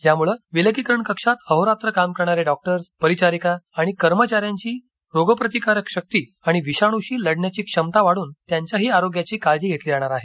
यामळं विलगीकरण कक्षात अहोरात्र काम करणारे डॉक्टर्स परिचारिका आणि कर्मचाऱ्यांची रोगप्रतिकारक शक्ती आणि विषाणूशी लढण्याची क्षमता वाढून त्यांच्याही आरोग्याची काळजी घेतली जाणार आहे